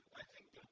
i think